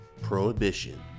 Prohibition